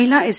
महिला एस